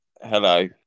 hello